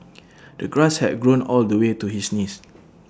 the grass had grown all the way to his knees